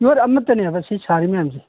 ꯌꯣꯠ ꯑꯃꯠꯇꯅꯦꯕ ꯁꯤ ꯁꯥꯔꯤ ꯃꯌꯥꯝꯁꯦ